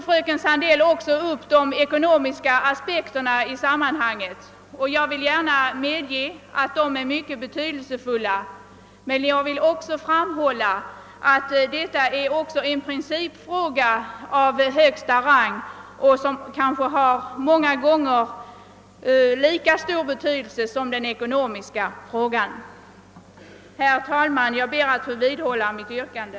Fröken Sandell drog också upp de ekonomiska aspekterna i sammanhanget. Jag vill gärna medge att de är mycket betydelsefulla, men jag vill också framhålla att detta är en principfråga av högsta rang, vilken kanske många gånger har lika stor betydelse som den ekonomiska frågan. Herr talman! Jag ber att få vidhålla mitt yrkande.